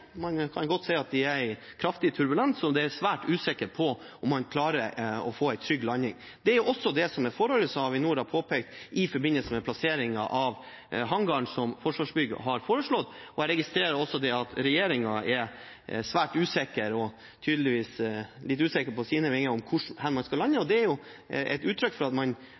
man kan godt si at de er i kraftig turbulens, og det er svært usikkert om man klarer å få en trygg landing. Det er også det forholdet Avinor har påpekt i forbindelse med plasseringen av hangaren som Forsvarsbygg har foreslått. Jeg registrerer også at regjeringen er svært usikker – og tydeligvis litt usikker på sine vinger – på hvor hen man skal lande, og det er jo et uttrykk for at man,